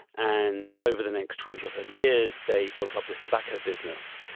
and over the next twenty or thirty years, they built up this tobacco business,